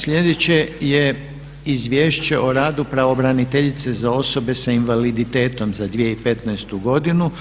Sljedeće je Izvješće o radu pravobraniteljice za osobe s invaliditetom za 2015. godinu.